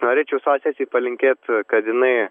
norėčiau savo sesei palinkėt kad jinai